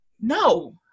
No